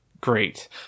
great